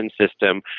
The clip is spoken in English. system